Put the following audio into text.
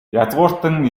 язгууртан